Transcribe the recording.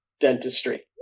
Dentistry